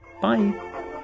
Bye